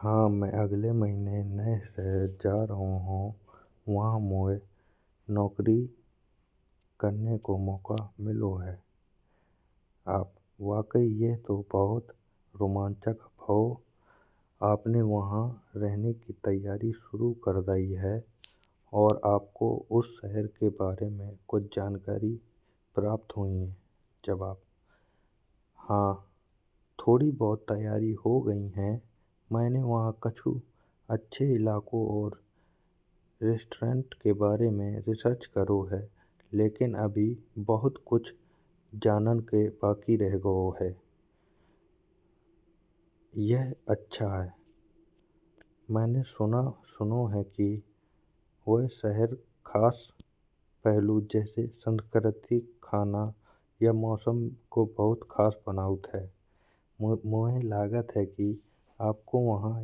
हाँ, मैं अगले महीने नए शहर जा रहा हौं। वहाँ मोहें नौकरी करने को मौका मिल हैं। आप वाकई यह तो बहुत रोमांचक भाव। अपने वहाँ रहने की तैयारी शुरू कर दिए हैं और आपको उस शहर के बारे में कुछ जानकारी प्राप्त हुई हैं? हाँ, थोड़ी-बहुत तैयारी हो गई है। मैंने वहाँ कछू अच्छे इलाका और रेस्टोरेंट के बारे में रिसर्च करो हैं, लेकिन अभी बहुत कछू जाने के बाकी रह गओ है। यह अच्छा है, मैंने सुनो है कि वह शहर खास पहलू जैसे संस्कृति, खाना और मौसम के बहुत खास बनावत, मोय लागत है कि आपको वहाँ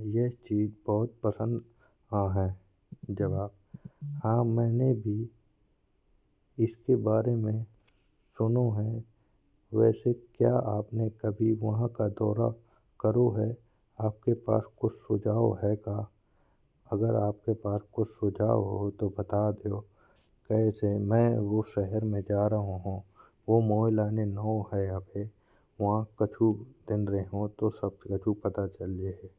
यह चीज बहुत पसंद आहे। हाँ, मैंने भी इसके बारे में सुनो है। वैसे आपने कभी वहाँ को दौरा करो है? अगर आपके पास कछू सुझाव हो तो मोये बता दो। कइसे मैं उस शहर में जा रहो हो, वो मोये लाने नाओं, अभी वहाँ कछू दिन रहो तो सब कछू पता चल जेहे।